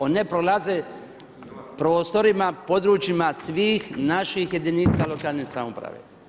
One prolaze prostorima, područjima svih naših jedinica lokalne samouprave.